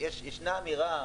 ישנה אמירה,